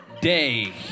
day